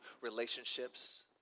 relationships